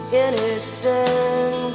innocent